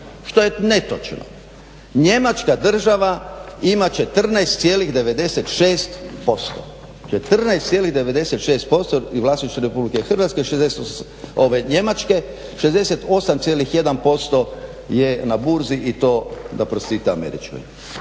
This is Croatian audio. što je netočno. Njemačka država ima 14,96% i vlasništvo Republike Hrvatske, ovaj Njemačke 68,1% je na burzi i to da …, a 17,2% je